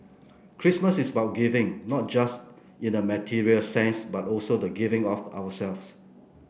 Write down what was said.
Christmas is about giving not just in a material sense but also the giving of ourselves